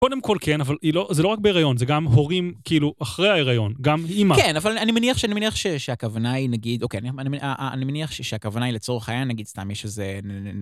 קודם כול, כן, אבל זה לא רק בהיריון, זה גם הורים, כאילו, אחרי ההיריון, גם אימא. כן, אבל אני מניח שהכוונה היא, נגיד, אוקיי, אני מניח שהכוונה היא לצורך העניין, נגיד, סתם מישהו זה...